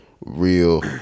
real